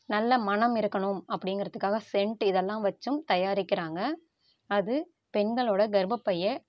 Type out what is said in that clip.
நல்ல மணம் இருக்கணும் அப்படிங்கிறதுக்காக சென்ட் இதெல்லாம் வைச்சும் தயாரிக்கிறாங்க அது பெண்களோட கர்பப்பையை